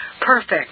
perfect